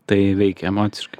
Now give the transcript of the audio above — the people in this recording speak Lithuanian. tai veikia emociškai